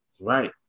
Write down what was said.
Right